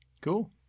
Cool